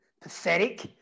pathetic